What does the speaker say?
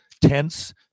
tense